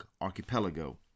Archipelago